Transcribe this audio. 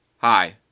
Hi